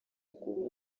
ukuvuga